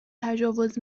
تجاوز